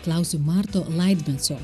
klausiu marto laidmetso